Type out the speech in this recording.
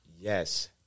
Yes